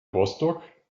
rostock